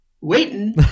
waiting